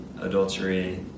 adultery